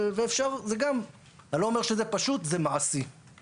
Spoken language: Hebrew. אני לא אומר שזה פשוט אבל זה מעשי.